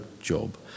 job